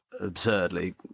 absurdly